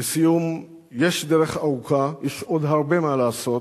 לסיום, יש דרך ארוכה, יש עוד הרבה מה לעשות.